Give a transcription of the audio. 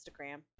Instagram